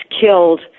killed